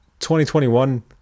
2021